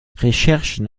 recherchen